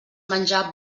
menjar